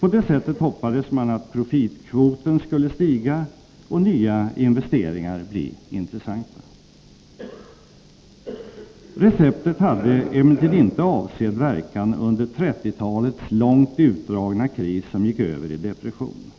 På det sättet hoppades man att profitkvoten skulle stiga och nya investeringar bli intressanta. Receptet hade emellertid inte avsedd verkan under 1930-talets långt utdragna kris, som gick över i depression.